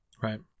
right